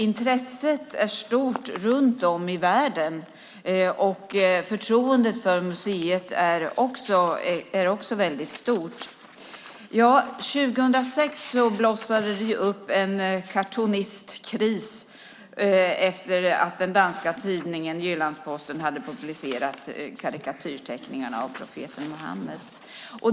Intresset är stort runt om i världen, och förtroendet för museet är också väldigt stort. År 2006 blossade det upp en cartoonist-kris efter att den danska tidningen Jyllands-Posten hade publicerat karikatyrteckningarna av profeten Mohammed.